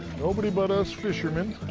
nobody but us fishermen